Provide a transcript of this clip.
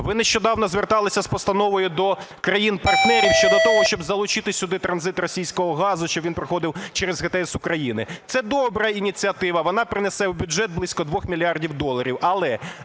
Ви нещодавно зверталися з постановою до країн-партнерів щодо того, щоб залучити сюди транзит російського газу, щоб він проходив через ГТС України. Це добра ініціатива, вона принесе в бюджет близько 2 мільярдів доларів.